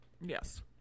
yes